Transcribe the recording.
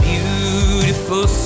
Beautiful